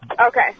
Okay